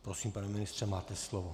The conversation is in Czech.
Prosím, pane ministře, máte slovo.